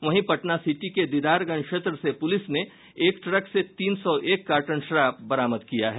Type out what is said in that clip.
वहीं पटना सिटी के दीदारगंज क्षेत्र से पुलिस ने एक ट्रक से तीन सौ एक कार्टन शराब बरामद किया है